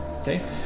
okay